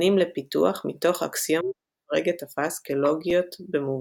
ניתנים לפיתוח מתוך אקסיומות שפרגה תפס כלוגיות במובהק.